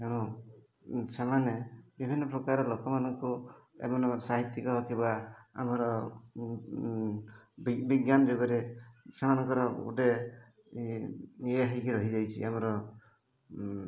ସେମାନେ ବିଭିନ୍ନ ପ୍ରକାର ଲୋକମାନଙ୍କୁ ଏମାନଙ୍କ ସାହିତ୍ୟିକ ଆମର ବିଜ୍ଞାନ ଯୁଗରେ ସେମାନଙ୍କର ଗୋଟେ ଇଏ ହେଇକି ରହିଯାଇଛି ଆମର